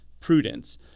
prudence